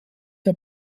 der